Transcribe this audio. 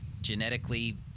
genetically